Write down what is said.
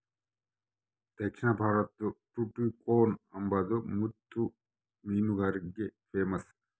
ದಕ್ಷಿಣ ಭಾರತುದ್ ಟುಟಿಕೋರ್ನ್ ಅಂಬಾದು ಮುತ್ತು ಮೀನುಗಾರಿಕ್ಗೆ ಪೇಮಸ್ಸು